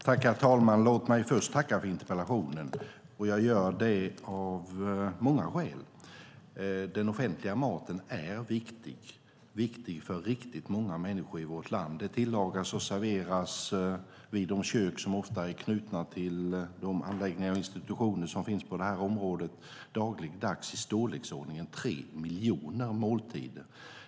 Herr talman! Låt mig först tacka för interpellationen, och det gör jag av många skäl. Den offentliga maten är viktig för riktigt många människor i vårt land. I de kök som ofta är knutna till de anläggningar och institutioner som finns på det här området tillagas och serveras det dagligdags i storleksordningen tre miljoner måltider.